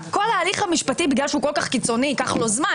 כל ההליך המשפטי מכיוון שהוא קיצוני כל כך ייקח לו זמן